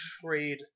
trade